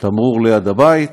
תמרור ליד הבית,